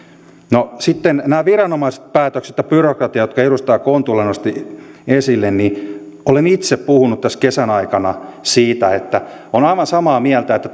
no sitten nämä viranomaispäätökset ja byrokratia jotka edustaja kontula nosti esille olen itse puhunut tässä kesän aikana siitä että olen aivan samaa mieltä että